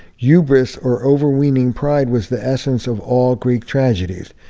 hubris or overweening pride was the essence of all greek tragedies.